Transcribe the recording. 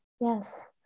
Yes